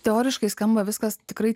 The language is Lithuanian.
teoriškai skamba viskas tikrai